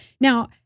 Now